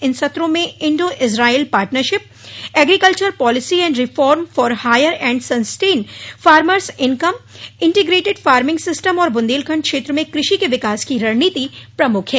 इन सत्रों में Indo Israel partnership agriculture policy and reform for higher and sustain farmers income integrated farming system और बुन्देलखण्ड क्षेत्र में कृषि के विकास की रणनीति प्रमुख है